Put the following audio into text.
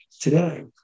Today